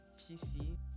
PC